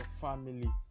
family